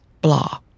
blah